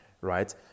right